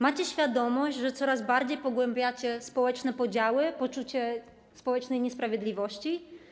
Macie świadomość, że coraz bardziej pogłębiacie społeczne podziały, poczucie społecznej niesprawiedliwości?